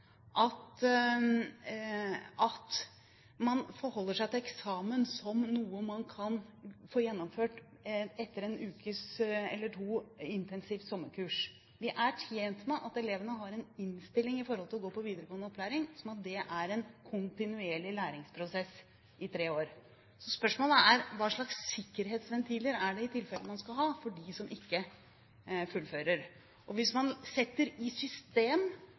at man forholder seg til eksamen som noe man kan få gjennomført etter en eller to ukers intensivt sommerkurs. Vi er tjent med at elevene har den innstillingen til å gå på videregående opplæring at det er en kontinuerlig læringsprosess gjennom tre år. Så spørsmålet er: Hva slags sikkerhetsventiler skal man i tilfelle ha for dem som ikke fullfører? Hvis man setter i system